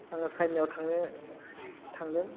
आङो चाइनायाव थांनो थांगोन